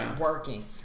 working